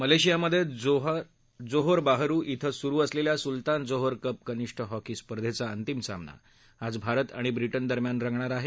मलेशियामधे Johor Bahru इथं सुरु असलेल्या सुलतान जोहोर कप कनिष्ठ हॉकी स्पर्धेचा अंतिम सामना आज भारत आणि ब्रिटन दरम्यान रंगणार आहे